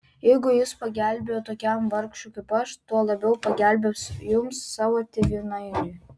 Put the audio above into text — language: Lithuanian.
jeigu jis pagelbėjo tokiam vargšui kaip aš tuo labiau pagelbės jums savo tėvynainiui